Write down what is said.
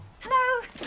Hello